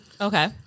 Okay